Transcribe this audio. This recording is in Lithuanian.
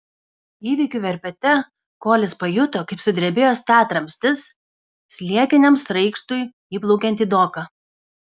įvykių verpete kolis pajuto kaip sudrebėjo statramstis sliekiniam sraigtui įplaukiant į doką